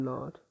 Lord